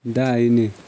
दाहिने